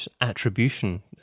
attribution